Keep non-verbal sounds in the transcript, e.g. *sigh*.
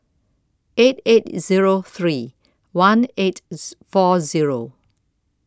eight eight Zero three one eight *noise* four Zero